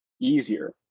easier